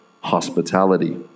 hospitality